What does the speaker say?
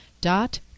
dot